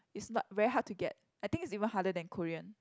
it's not very hard to get I think it's even harder than Korean